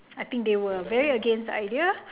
I think they were very against the idea